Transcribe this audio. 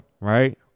right